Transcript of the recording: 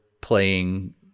playing